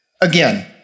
Again